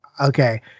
okay